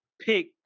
pick